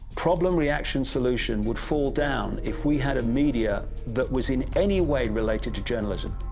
problem-reaction-solution would fall down, if we had a media, that was in any way related to journalism.